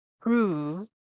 prove